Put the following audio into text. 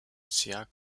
sehr